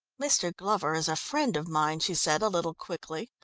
mr. glover is a friend of mine, she said a little quickly.